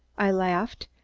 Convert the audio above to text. i laughed.